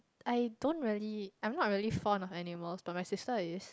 I don't really I'm not really fond of animals but my sister is